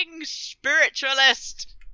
spiritualist